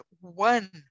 one